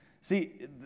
See